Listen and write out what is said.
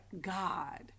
God